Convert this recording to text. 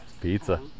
Pizza